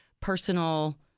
personal